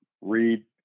read